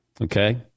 Okay